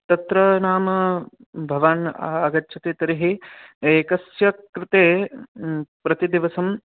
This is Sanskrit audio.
तत्र नाम भवान् आगच्छति तर्हि एकस्य कृते प्रतिदिवसम्